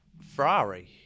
Ferrari